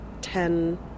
ten